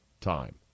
time